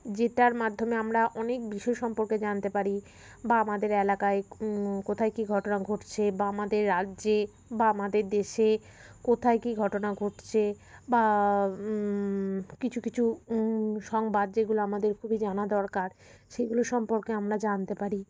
যেটার মাধ্যমে আমরা অনেক বিষয় সম্পর্কে জানতে পারি বা আমাদের এলাকায় কোথায় কি ঘটনা ঘটছে বা আমাদের রাজ্যে বা আমাদের দেশে কোথায় কি ঘটনা ঘটছে বা কিছু কিছু সংবাদ যেগুলো আমাদের খুবই জানা দরকার সেগুলো সম্পর্কে আমরা জানতে পারি